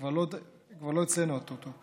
הם כבר לא אצלנו, הטוטו.